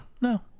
No